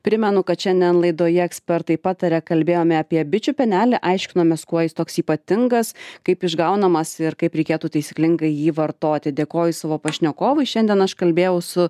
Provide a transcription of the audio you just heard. primenu kad šiandien laidoje ekspertai pataria kalbėjome apie bičių pienelį aiškinomės kuo jis toks ypatingas kaip išgaunamas ir kaip reikėtų taisyklingai jį vartoti dėkoju savo pašnekovui šiandien aš kalbėjau su